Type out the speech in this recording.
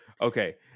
Okay